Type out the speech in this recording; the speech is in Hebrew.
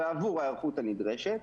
ועבור ההיערכות הנדרשת,